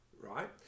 right